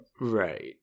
Right